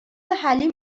حلیم